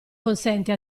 consente